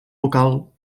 local